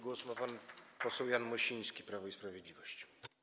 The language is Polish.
Głos ma pan poseł Jan Mosiński, Prawo i Sprawiedliwość.